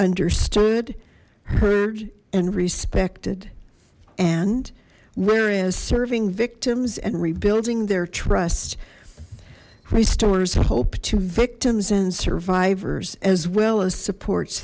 understood heard and respected and whereas serving victims and rebuilding their trust restores hope to victims and survivors as well as supports